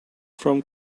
from